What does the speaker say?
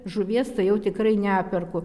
žuvies tai jau tikrai neperku